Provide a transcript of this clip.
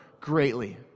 greatly